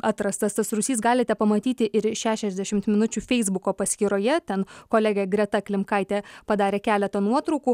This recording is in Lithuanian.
atrastas tas rūsys galite pamatyti ir šešiasdešimt minučių feisbuko paskyroje ten kolegė greta klimkaitė padarė keletą nuotraukų